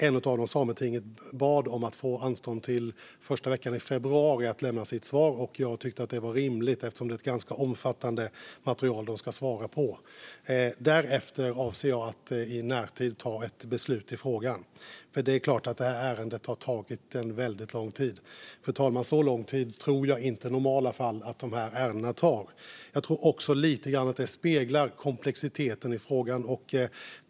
En av dem, Sametinget, bad om anstånd till första veckan i februari med att lämna sitt svar. Jag har tyckt att det är rimligt, eftersom det är ett ganska omfattande material de ska svara om. Därefter avser jag att i närtid ta ett beslut i frågan. Ärendet har tagit väldigt lång tid. Jag tror inte att de här ärendena tar så lång tid i normala fall, fru talman. Jag tror också att det speglar frågans komplexitet lite grann.